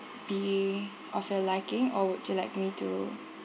be of your liking or would you like me to